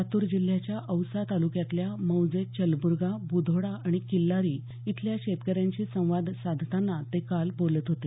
लातूर जिल्ह्याच्या औसा ताल्क्यातल्या मौजे चलब्र्गा ब्धोडा आणि किल्लारी इथल्या शेतकऱ्यांशी संवाद साधताना ते काल बोलत होते